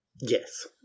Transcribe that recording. Yes